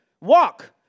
Walk